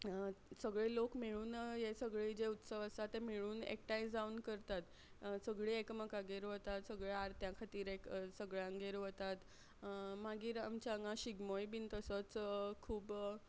सगळे लोक मेळून हे सगळे जे उत्सव आसा ते मेळून एकठांय जावन करतात सगळीं एकामेकागेर वतात सगळ्यां आरत्यां खातीर एक सगळ्यांगेर वतात मागीर आमच्या हांगां शिगमोय बीन तसोच खूब